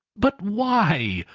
but why?